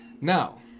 Now